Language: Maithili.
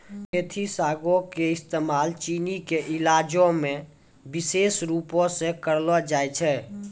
मेथी सागो के इस्तेमाल चीनी के इलाजो मे विशेष रुपो से करलो जाय छै